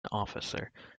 officer